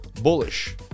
bullish